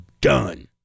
done